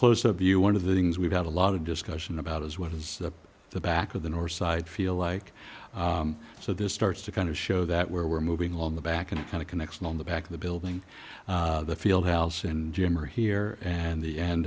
close a view one of the things we've had a lot of discussion about is what is the back of the north side feel like so this starts to kind of show that we're moving on the back and kind of connection on the back of the building the field house and jim are here and the end